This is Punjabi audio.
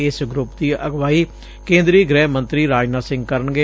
ਇਸ ਗਰੁੱਪ ਦੀ ਅਗਵਾਈ ਕੇ ਦਰੀ ਗ੍ਹਿ ਮੰਤਰੀ ਰਾਜਨਾਥ ਸਿੰਘ ਕਰਨਗੇ